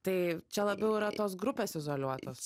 tai čia labiau yra tos grupės izoliuotos